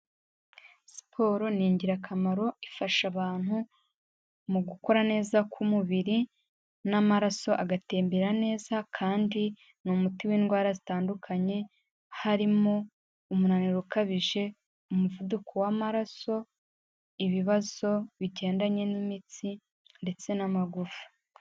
Siporo ni ingirakamaro ifasha abantu mu gukora neza k'umubiri n'amaraso agatembera neza kandi ni umuti w'indwara zitandukanye, harimo, umunaniro ukabije, umuvuduko w'amaraso, ibibazo bigendanye n'imitsi ndetse n'amagufa.